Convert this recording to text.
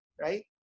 Right